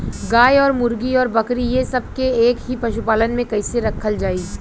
गाय और मुर्गी और बकरी ये सब के एक ही पशुपालन में कइसे रखल जाई?